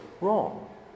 wrong